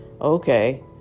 Okay